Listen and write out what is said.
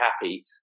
happy